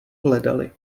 hledali